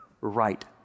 right